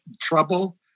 trouble